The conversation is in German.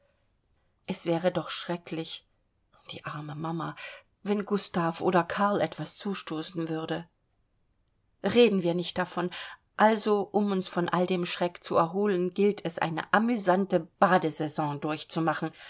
es wäre doch schrecklich die arme mama wenn gustav oder karl etwas zustoßen würde reden wir nicht davon also um uns von all dem schreck zu erholen gilt es eine amüsante badesaison durchmachen